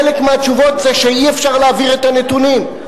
חלק מהתשובות זה שאי-אפשר להעביר את הנתונים.